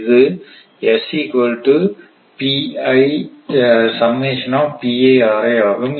இது ஆகும்